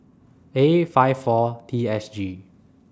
A five four T S G